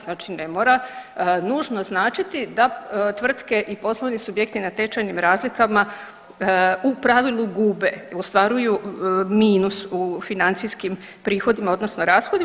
Znači ne mora nužno značiti da tvrtke i poslovni subjekti na tečajnim razlikama u pravilu gube, ostvaruju minus u financijskim prihodima, odnosno rashodima.